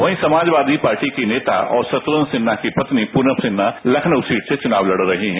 वहीं समाजवादी पार्टी की नेता शत्र्धन सिन्हा की पत्नी प्रनम सिन्हा लखनऊ सीट से चुनाव लड़ रही है